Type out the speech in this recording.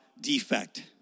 defect